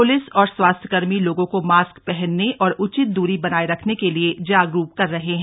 police और स्वास्थ्यकर्मी लोगों को मास्क पहनने और उचित दूरी बनाए रखने के लिए जागरूक कर रहे हैं